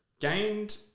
gained